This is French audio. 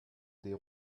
des